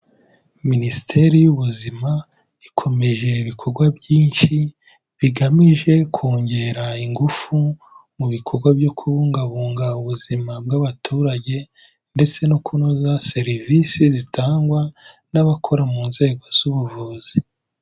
Minisiteri y'ubuzima ikomeje ibikorwa byinshi, bigamije kongera ingufu mu bikorwa byo kubungabunga ubuzima bw'abaturage ndetse no kunoza serivisi zitangwa n'abakora mu nzego z'ubuvuzi.